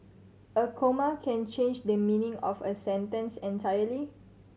a comma can change the meaning of a sentence entirely